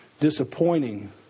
disappointing